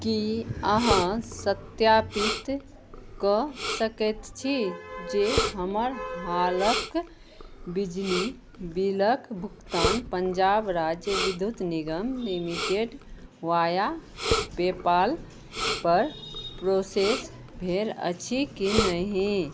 की अहाँ सत्यापित कऽ सकैत छी जे हमर हालक बिजली बिलक भुगतान पंजाब राज्य विद्युत निगम लिमिटेड वाया पेपालपर प्रोसेस भेल अछि कि नहि